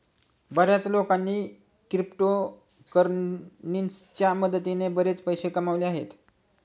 बर्याच लोकांनी क्रिप्टोकरन्सीच्या मदतीने बरेच पैसे कमावले आहेत